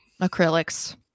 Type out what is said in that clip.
Acrylics